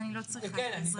אני לא צריכה עזרה,